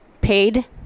paid